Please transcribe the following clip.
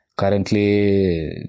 Currently